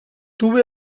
tuve